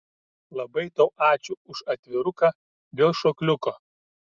labai tau ačiū už atviruką dėl šokliuko